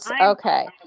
Okay